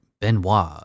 Benoit